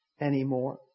anymore